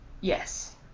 Yes